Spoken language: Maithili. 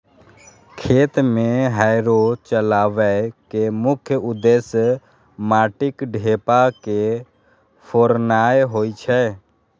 खेत मे हैरो चलबै के मुख्य उद्देश्य माटिक ढेपा के फोड़नाय होइ छै